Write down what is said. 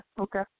okay